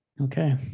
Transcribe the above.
Okay